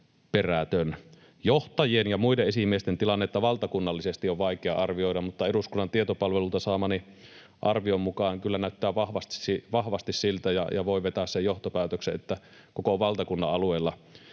perätön. Johtajien ja muiden esimiesten tilannetta valtakunnallisesti on vaikea arvioida, mutta eduskunnan tietopalvelulta saamani arvion mukaan kyllä näyttää vahvasti siltä ja voi vetää sen johtopäätöksen, että koko valtakunnan alueella